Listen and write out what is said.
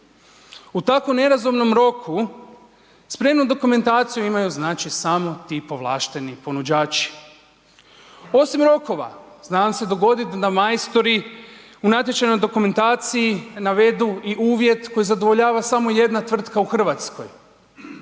U tako nerazumnom roku spremnu dokumentaciju imaju samo ti povlašteni ponuđači. Osim rokova zna nam se dogoditi da majstori u natječajnoj dokumentaciji navedu i uvjet koji zadovoljava samo jedna tvrtka u Hrvatskoj.